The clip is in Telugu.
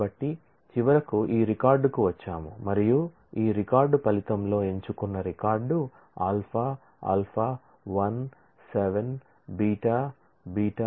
కాబట్టి చివరకు ఈ రికార్డుకు వచ్చాము మరియు ఈ రికార్డ్ ఫలితంలో ఎంచుకున్న రికార్డు α α 1 7 β β 23 10